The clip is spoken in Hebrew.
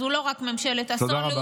אז זו לא רק ממשלת אסון לאומית,